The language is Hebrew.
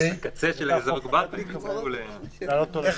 מתי אתה מתכוון להעלות אותו למליאה?